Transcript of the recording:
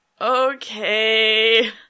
okay